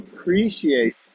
appreciate